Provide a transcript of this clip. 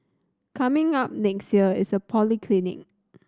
coming up next year is a polyclinic